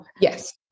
yes